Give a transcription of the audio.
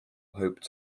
hoped